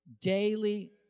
Daily